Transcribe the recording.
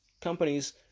companies